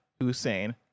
Hussein